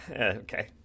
Okay